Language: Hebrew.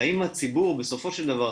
והאם הציבור בסופו של דבר,